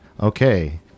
Okay